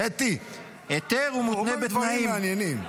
קטי, הוא אומר דברים מעניינים.